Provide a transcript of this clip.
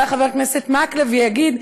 אולי חבר הכנסת מקלב יגיד,